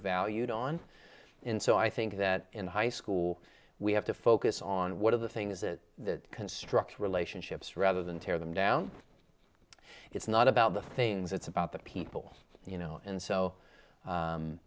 valued on in so i think that in high school we have to focus on what are the things that construct relationships rather than tear them down it's not about the things it's about the people you know and so